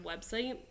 website